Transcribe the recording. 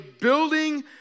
building